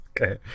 Okay